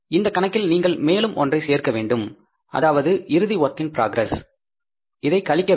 இந்த கணக்கில் நீங்கள் மேலும் ஒன்றை செய்ய வேண்டும் அதாவது இறுதி வொர்க் இன் ப்ராக்ரஸ் ஐ கழிக்க வேண்டும்